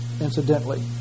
incidentally